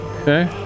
Okay